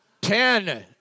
Ten